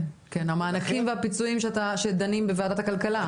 כן, כן, המענקים והפיצויים שדנים בוועדת הכלכלה.